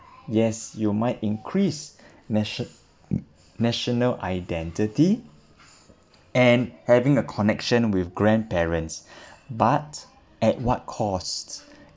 yes you might increase measured national identity and having a connection with grandparents but at what cost